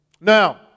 Now